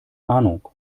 ahnung